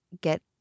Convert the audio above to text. get